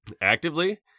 Actively